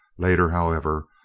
later, however,